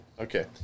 Okay